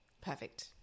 Perfect